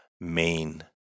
main